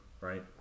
right